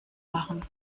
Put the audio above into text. machen